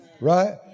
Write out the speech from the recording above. Right